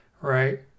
right